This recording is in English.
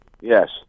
Yes